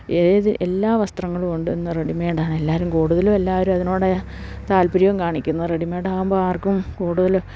ഏത് എല്ലാ വസ്ത്രങ്ങളുമുണ്ടിന്ന് റെഡിമേയ്ഡാണെല്ലാവരും കൂടുതലും എല്ലാവരും അതിനോട് താല്പര്യവും കാണിക്കുന്നു റെഡിമെയ്ഡാകുമ്പോള് ആർക്കും കൂടുതല്